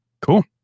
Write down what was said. Cool